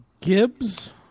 Gibbs